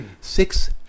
Six